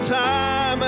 time